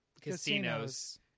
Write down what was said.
casinos